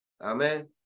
amen